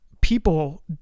people